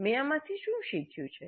મેં આમાંથી શું શીખ્યુ છે